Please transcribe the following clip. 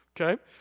okay